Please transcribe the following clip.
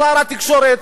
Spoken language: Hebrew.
שר התקשורת,